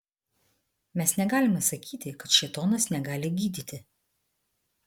mes negalime sakyti kad šėtonas negali gydyti